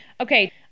Okay